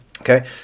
Okay